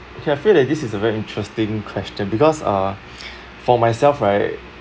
which I feel that this is a very interesting question because uh for myself right